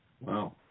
Wow